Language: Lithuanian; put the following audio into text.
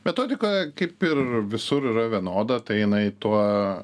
metodika kaip ir visur yra vienoda tai jinai tuo